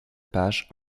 pages